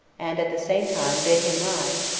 and, at the same time, bid him rise,